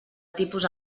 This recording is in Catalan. tipus